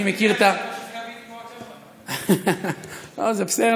אני מכיר את, לא, זה בסדר.